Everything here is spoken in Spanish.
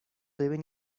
deben